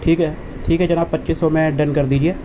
ٹھیک ہے جناب پچیس سو میں ڈن کر دیجیے